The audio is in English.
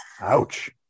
ouch